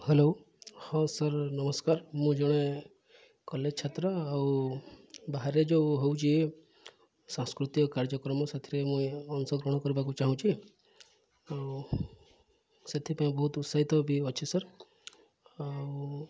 hello ହଁ sir ନମସ୍କାର ମୁଁ ଜଣେ କଲେଜ ଛାତ୍ର ଆଉ ବାହାରେ ଯେଉଁ ହେଉଛି ସାଂସ୍କୃତିକ କାର୍ଯ୍ୟକ୍ରମ ସେଥିରେ ମୁଇଁ ଅଂଶଗ୍ରହଣ କରିବାକୁ ଚାହୁଁଛି ଆଉ ସେଥିପାଇଁ ବହୁତ ଉତ୍ସାହିତ ବି ଅଛି ସାର୍ ଆଉ